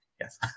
Yes